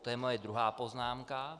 To je moje druhá poznámka.